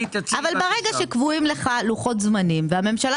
ברגע שקבועים לך לוחות זמנים, והממשלה